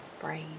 brain